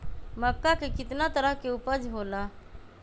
मक्का के कितना तरह के उपज हो ला?